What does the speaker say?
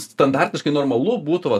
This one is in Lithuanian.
standartiškai normalu būtų va